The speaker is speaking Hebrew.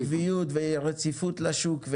עקביות ורציפות לשוק,